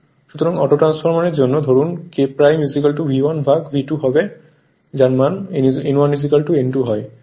সুতরাং অটোট্রান্সফর্মারের জন্য ধরুন K V1 ভাগ V2 যার মান N1N2 হবে